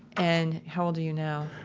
and how old are you now?